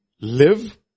live